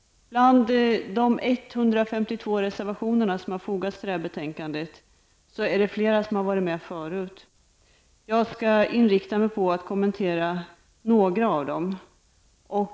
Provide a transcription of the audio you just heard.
Bland de 152 reservationer som har fogats till det här betänkandet finns det flera som har varit med förut. Jag skall inrikta mig på att kommentera några av dem.